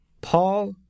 paul